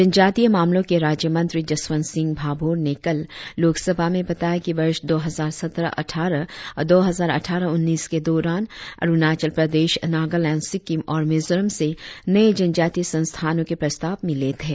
जनजातीय मामलों के राज्यमंत्री जसवंत सिंह भाभोर ने कल लोकसभा में बताया कि वर्ष दो हजार सत्रह अट्ठारह और दो हजार अटठारह उन्नीस के दौरान अरुणाचल प्रदेश नागालैंड सिक्किम और मिजोरम से नए जनजातीय संस्थानों के प्रस्ताव मिले थे